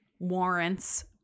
warrants